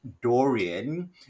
Dorian